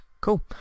cool